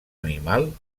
animal